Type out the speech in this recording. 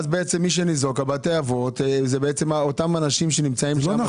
מי שניזוק זה אותם אנשים שנמצאים שם.